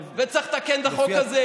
אתה שוכח את הזכות של הורה.